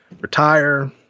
retire